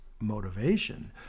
motivation